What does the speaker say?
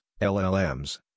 LLMs